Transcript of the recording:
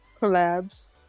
collabs